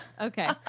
okay